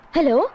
Hello